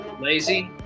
lazy